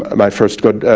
my first good,